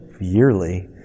yearly